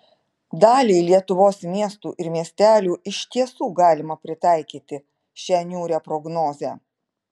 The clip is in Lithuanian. daliai lietuvos miestų ir miestelių iš tiesų galima pritaikyti šią niūrią prognozę